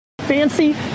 fancy